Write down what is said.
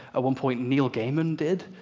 one point, neil gaiman did,